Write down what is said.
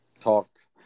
talked